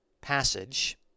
passage